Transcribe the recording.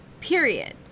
period